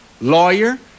lawyer